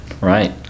right